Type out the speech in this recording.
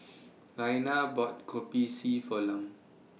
Raina bought Kopi C For Lum